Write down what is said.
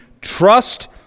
trust